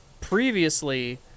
previously